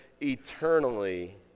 eternally